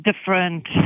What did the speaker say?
different